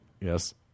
Yes